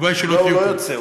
לא, הוא לא יוצא.